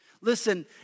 Listen